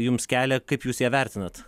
jums kelia kaip jūs ją vertinat